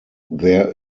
there